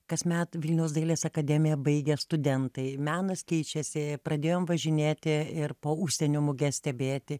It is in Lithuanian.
kasmet vilniaus dailės akademiją baigia studentai menas keičiasi pradėjom važinėti ir po užsienio muges stebėti